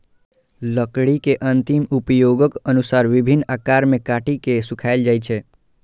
लकड़ी के अंतिम उपयोगक अनुसार विभिन्न आकार मे काटि के सुखाएल जाइ छै